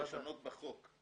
הכוונה היא לשנות בחוק?